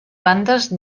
bandes